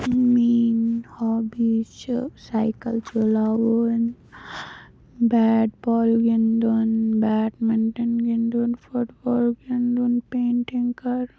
میٛٲنۍ ہابی چھِ سایکَل چلاوُن بیٹ بال گِنٛدُن بیڈمِنٹَن گِنٛدُن فُٹ بال گِنٛدُن پیںٛٹِنٛگ کَرُن